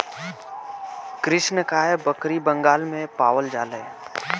कृष्णकाय बकरी बंगाल में पावल जाले